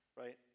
Right